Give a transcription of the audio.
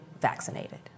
vaccinated